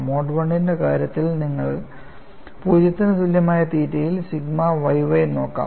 mode I ന്റെ കാര്യത്തിൽ നിങ്ങൾ 0 ന് തുല്യമായ തീറ്റയിൽ സിഗ്മ yy നോക്കാം